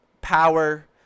power